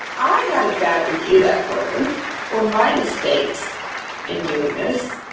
i got a bad review that quarter for my mistakes in doing this.